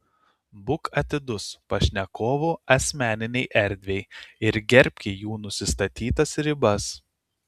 būk atidus pašnekovų asmeninei erdvei ir gerbki jų nusistatytas ribas